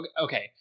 Okay